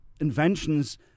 inventions